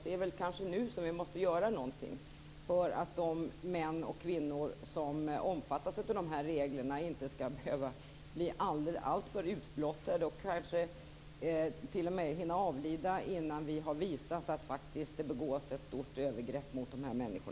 Det är kanske nu vi måste göra någonting för att de män och kvinnor som omfattas av reglerna inte skall behöva bli alltför utblottade och kanske t.o.m. hinna avlida innan vi har visat att det faktiskt begås ett stort övergrepp mot dessa människor.